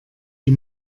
die